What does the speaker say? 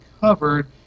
covered